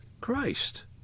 Christ